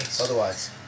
Otherwise